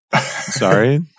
Sorry